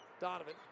Donovan